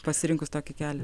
pasirinkus tokį kelią